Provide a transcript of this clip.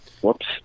Whoops